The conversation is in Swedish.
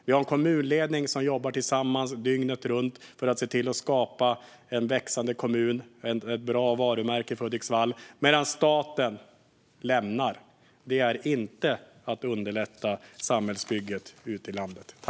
Vi har en kommunledning som jobbar tillsammans dygnet runt för att se till att skapa en växande kommun och ett bra varumärke för Hudiksvall. Men staten lämnar Hudiksvall. Det är inte så man underlättar samhällsbygget ute i landet.